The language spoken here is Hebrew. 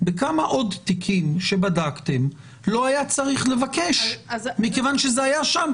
בכמה עוד תיקים שבדקתם לא היה צריך לבקש מכיוון שזה היה שם?